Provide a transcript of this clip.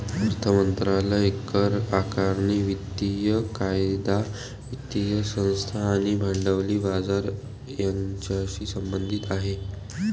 अर्थ मंत्रालय करआकारणी, वित्तीय कायदा, वित्तीय संस्था आणि भांडवली बाजार यांच्याशी संबंधित आहे